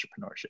entrepreneurship